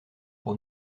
pour